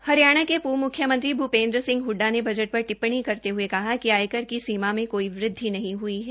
वंही हरियाणा के पूर्व मुख्यमंत्री भूपेन्द्र सिंह हडडा ने बजट पर टिप्पणी करते हये कहा कि आयकर की सीमा में कोई वृद्धि नहीं हई है